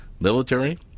military